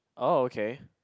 oh okay